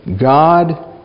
God